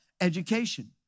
Education